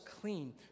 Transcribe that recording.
clean